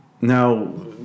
Now